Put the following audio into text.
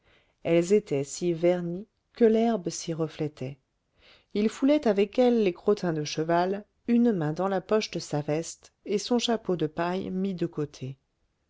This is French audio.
elles étaient si vernies que l'herbe s'y reflétait il foulait avec elles les crottins de cheval une main dans la poche de sa veste et son chapeau de paille mis de côté